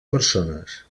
persones